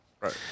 Right